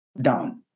Down